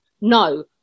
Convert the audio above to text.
no